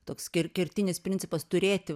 toks ker kertinis principas turėti